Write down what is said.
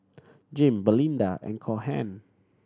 Jim Belinda and Cohen